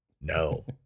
No